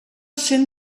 cent